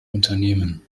unternehmen